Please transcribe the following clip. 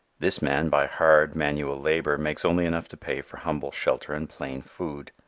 this man by hard, manual labor makes only enough to pay for humble shelter and plain food.